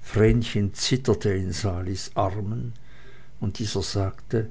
vrenchen zitterte in salis armen und dieser sagte